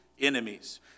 enemies